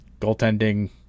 goaltending